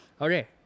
Okay